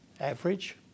average